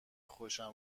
خوشم